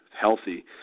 healthy